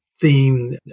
theme